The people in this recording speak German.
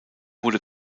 wurde